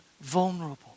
vulnerable